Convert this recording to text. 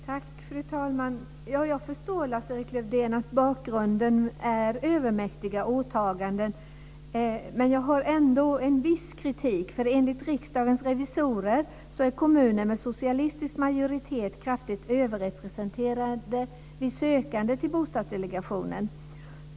Fru talman! Jag förstår att bakgrunden är övermäktiga åtaganden, Lars-Erik Lövdén. Men jag framför ändå en viss kritik. Enligt Riksdagens revisorer är kommuner med socialistisk majoritet kraftigt överrepresenterade bland de sökande till Bostadsdelegationen.